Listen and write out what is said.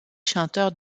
chanteur